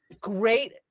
great